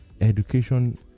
Education